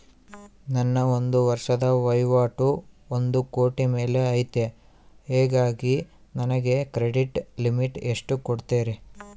ನನ್ನ ಒಂದು ವರ್ಷದ ವಹಿವಾಟು ಒಂದು ಕೋಟಿ ಮೇಲೆ ಐತೆ ಹೇಗಾಗಿ ನನಗೆ ಕ್ರೆಡಿಟ್ ಲಿಮಿಟ್ ಎಷ್ಟು ಕೊಡ್ತೇರಿ?